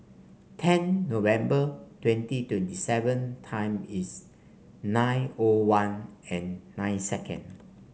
ten November twenty twenty seven time is nine O one and nine second